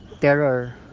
terror